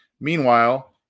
meanwhile